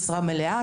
משרה מלאה.